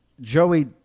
Joey